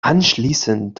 anschließend